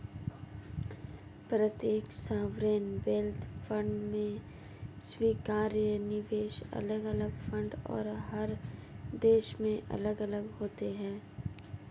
प्रत्येक sovereign wealth fund में स्वीकार्य निवेश अलग अलग फंड और हर देश में अलग अलग होते हैं